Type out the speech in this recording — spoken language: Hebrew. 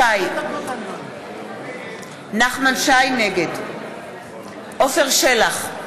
שי, נגד עפר שלח,